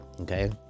okay